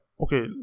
okay